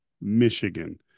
Michigan